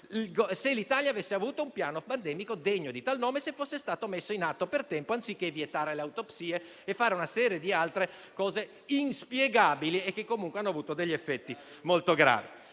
se l'Italia avesse avuto un piano pandemico degno di tal nome e se fosse stato messo in atto per tempo, anziché vietare le autopsie e fare una serie di altre cose inspiegabili che hanno avuto degli effetti molto gravi.